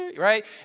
right